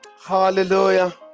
Hallelujah